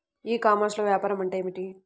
ఈ కామర్స్లో వ్యాపారం అంటే ఏమిటి?